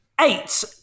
eight